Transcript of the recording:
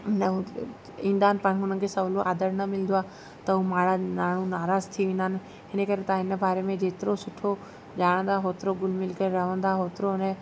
नव ईंदा आहिनि पर हिनखे सवलो आदर न मिलंदो आहे त हू माण्हू नाराज़ु थी वेंदा आहिनि हिन करे तव्हां हिन बारे जेतिरो सुठो ॼाणंदा होतिरो घुली मिली करे रहंदा ओतिरो हुन